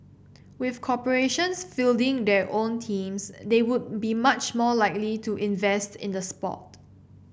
with corporations fielding their own teams they would be much more likely to invest in the sport